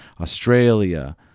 Australia